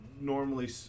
normally